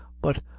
but,